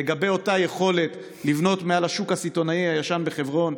לגבי היכולת לבנות מעל השוק הסיטונאי הישן בחברון,